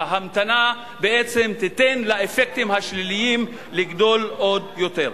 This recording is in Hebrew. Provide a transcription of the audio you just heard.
ההמתנה תיתן לאפקטים השליליים לגדול עוד יותר.